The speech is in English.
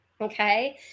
okay